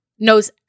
Knows